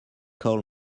call